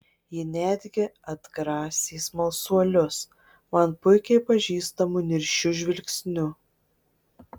ji netgi atgrasė smalsuolius man puikiai pažįstamu niršiu žvilgsniu